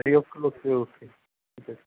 ওকে okay okay ঠিক আছে